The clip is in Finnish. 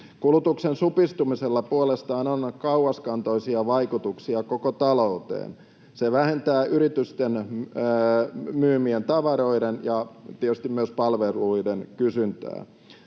Kulutuksen supistumisella puolestaan on kauaskantoisia vaikutuksia koko talouteen. Se vähentää yritysten myymien tavaroiden ja tietysti myös palveluiden kysyntää,